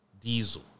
Diesel